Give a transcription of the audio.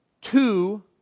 Two